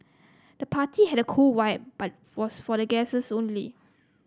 the party had a cool vibe but was for the guests only